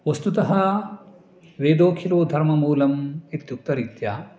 वस्तुतः वेदोऽखिलो धर्ममूलम् इत्युक्तरीत्या